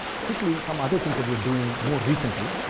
quickly some other things that we're doing more recently.